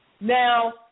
Now